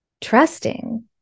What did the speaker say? trusting